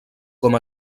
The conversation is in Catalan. com